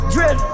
Drip